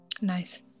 Nice